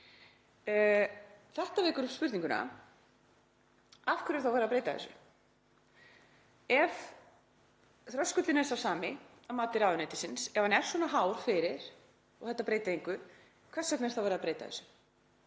Þetta vekur upp spurninguna: Af hverju er þá verið að breyta þessu? Ef þröskuldurinn er sá sami að mati ráðuneytisins, ef hann er svona hár fyrir og þetta breytir engu, hvers vegna er þá verið að breyta þessu?